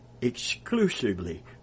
exclusively